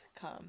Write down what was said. come